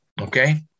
okay